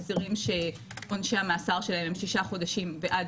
אסירים שעונשי המאסר שלהם הם שישה חודשים ועד